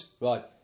right